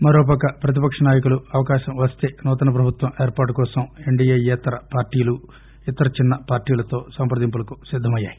మరోపక్క ప్రతిపక్ష నాయకులు అవకాశం వస్తే నూతన ప్రభుత్వం ఏర్పాటు కోసం ఎన్డీయేతర పార్టీలు ఇతర చిన్న పార్టీలతో సంప్రదింపులకు సిద్దమయ్యాయి